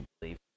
believe